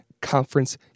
conference